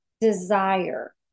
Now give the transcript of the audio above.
desire